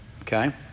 okay